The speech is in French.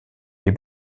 est